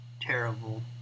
terrible